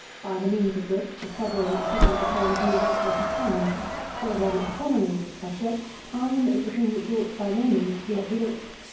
by the means of which the several matters may be turned to without loss of time for, when economy is the subject, time is a thing which ought by no means to be overlooked.